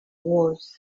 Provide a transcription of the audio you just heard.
was